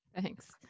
Thanks